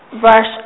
verse